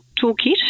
toolkit